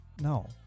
no